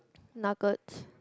nuggets